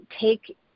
take